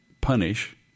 punish